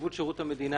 נציבות שירות המדינה,